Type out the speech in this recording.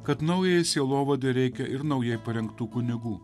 kad naujajai sielovadai reikia ir naujai parengtų kunigų